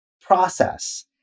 process